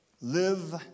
Live